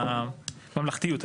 סעיף אחיד,